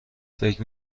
فکر